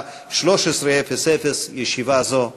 בשעה 13:00. ישיבה זו נעולה.